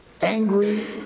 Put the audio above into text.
angry